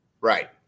Right